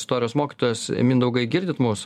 istorijos mokytojas mindaugai girdit mus